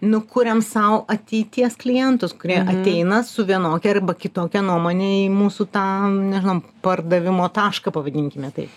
nu kuriam sau ateities klientus kurie ateina su vienokia arba kitokia nuomone į mūsų tą nežinau pardavimo tašką pavadinkime taip